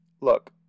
Look